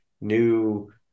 new